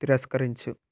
తిరస్కరించు